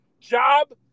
job